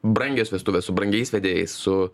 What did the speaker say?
brangios vestuvės su brangiais vedėjais su